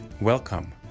welcome